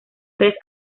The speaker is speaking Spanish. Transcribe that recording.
tres